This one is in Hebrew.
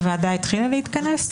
הוועדה התחילה להתכנס?